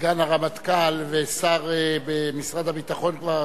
סגן הרמטכ"ל ושר במשרד הביטחון, כבר